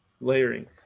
Layering